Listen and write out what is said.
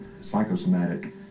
psychosomatic